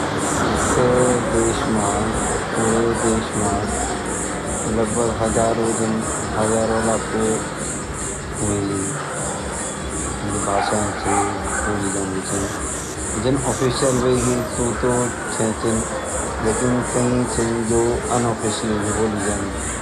यख देश म पूरे देश म लगभग हजारों जन हजारों लाखांे होएगी जु भाषायें छ बोली जांदी छन जन आॅफिसियल होएगी सु तो छईं छन लेकिन कई छन जो अनआॅफिसियल बोली जांदी।